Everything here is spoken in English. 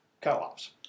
co-ops